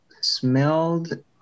smelled